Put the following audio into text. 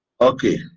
okay